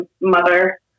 mother